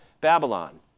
Babylon